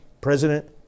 president